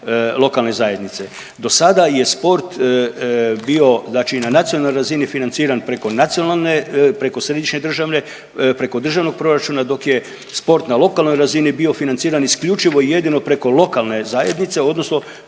lokalne zajednice. Do sada je sport bio, znači na nacionalnoj razini financiran preko središnje državne, preko državnog proračuna dok je sport na lokalnoj razini bio financiran isključivo i jedino preko lokalne zajednice, odnosno